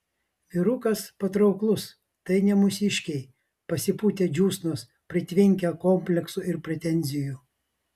vyrukas patrauklus tai ne mūsiškiai pasipūtę džiūsnos pritvinkę kompleksų ir pretenzijų